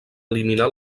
eliminar